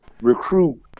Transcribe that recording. recruit